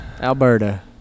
Alberta